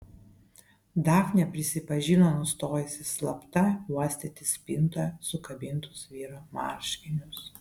dafnė prisipažino nustojusi slapta uostyti spintoje sukabintus vyro marškinius